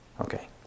Okay